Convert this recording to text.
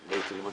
ההמתנה,